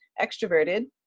extroverted